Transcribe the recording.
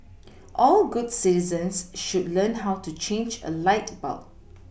all good citizens should learn how to change a light bulb